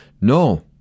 No